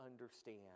understand